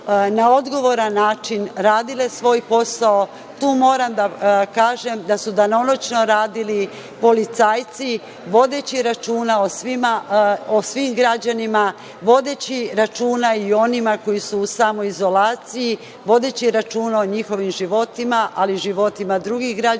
na odgovoran način radile svoj posao, tu moram da kažem da su danonoćno radili policajci, vodeći računa o svim građanima, vodeći računa i o onima koji su u samoizolaciji, vodeći računa o njihovim životima, ali i životima drugih građana,